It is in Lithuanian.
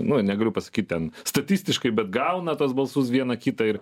nu negaliu pasakyt ten statistiškai bet gauna tuos balsus vieną kitą ir